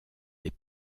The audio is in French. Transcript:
des